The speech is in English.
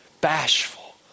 bashful